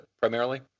primarily